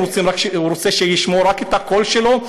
הוא רוצה שישמעו רק את הקול שלו,